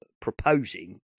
proposing